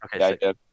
Okay